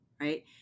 Right